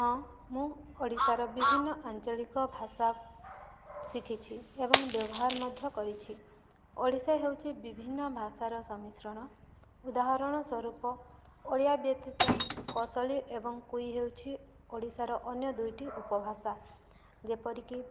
ହଁ ମୁଁ ଓଡ଼ିଶାର ବିଭିନ୍ନ ଆଞ୍ଚଳିକ ଭାଷା ଶିଖିଛି ଏବଂ ବ୍ୟବହାର ମଧ୍ୟ କରିଛି ଓଡ଼ିଶା ହେଉଛି ବିଭିନ୍ନ ଭାଷାର ସମିଶ୍ରଣ ଉଦାହରଣ ସ୍ୱରୂପ ଓଡ଼ିଆ ବ୍ୟତୀତ କୌଶଳୀ ଏବଂ କୁଇ ହେଉଛି ଓଡ଼ିଶାର ଅନ୍ୟ ଦୁଇଟି ଉପଭାଷା ଯେପରିକି